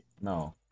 No